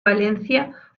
valencia